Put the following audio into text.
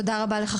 תודה רבה לך,